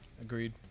Agreed